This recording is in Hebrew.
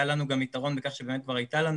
היה לנו גם יתרון בכך שבאמת כבר הייתה לנו